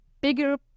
bigger